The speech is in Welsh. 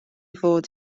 fod